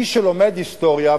מי שלומד היסטוריה,